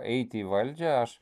eiti į valdžią aš